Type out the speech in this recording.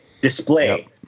display